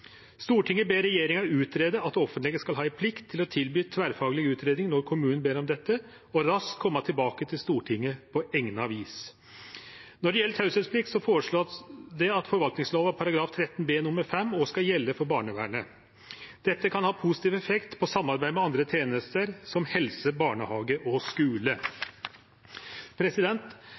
ber regjeringen utrede at det offentlige skal ha en plikt til å tilby tverrfaglig helsekartlegging når kommunen ber om dette, og raskt komme tilbake til Stortinget på egnet vis.» Når det gjeld teieplikt, vert det føreslått at forvaltingslova § 13 b nr. 5 òg skal gjelde for barnevernet. Dette kan ha positiv effekt på samarbeid med andre tenester som helse, barnehage og